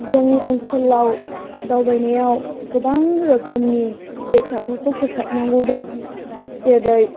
जोंनि ओनसोलाव दावबायनायाव गोबां रोखोमनि बेसादफोरखौ फोसाबनांगौ दं जेरै